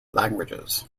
languages